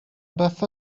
beth